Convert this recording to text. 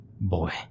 boy